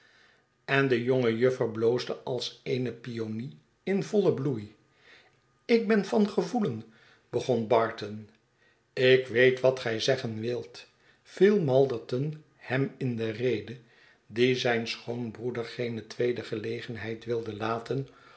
en de jonge juffer bloosde als eene pionie in vollen bloei ik ben van gevoelen begon barton ik weet wat gij zeggen wilt viel malderton hem in de rede die zijn schoonbroeder geene tweede gelegenheid wilde laten